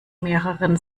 mehreren